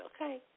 okay